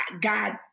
God